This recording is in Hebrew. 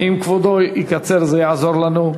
אם כבודו יקצר זה יעזור לנו.